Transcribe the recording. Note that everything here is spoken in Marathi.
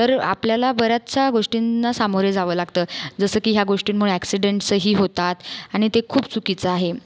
तर आपल्याला बऱ्याचशा गोष्टींना सामोरे जावं लागतं जसं की या गोष्टीमुळे एक्सीडेंटसही होतात आणि ते खूप चुकीचं आहे